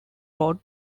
road